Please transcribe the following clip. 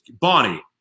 Bonnie